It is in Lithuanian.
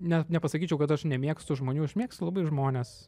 ne nepasakyčiau kad aš nemėgstu žmonių aš mėgstu labai žmones